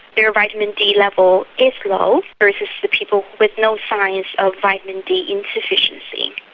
their vitamin d level is low, versus the people with no signs of vitamin d insufficiency.